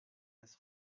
his